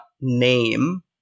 name